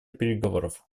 переговоров